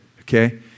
Okay